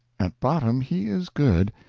at bottom he is good,